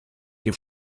que